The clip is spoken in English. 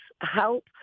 help